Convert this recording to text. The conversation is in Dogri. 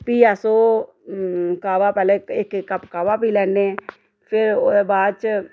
फ्ही अस ओह् काह्वा पैह्लें इक इक कप काह्वा पी लैन्ने फेर ओह्दे बाद च